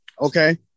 okay